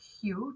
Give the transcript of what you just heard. cute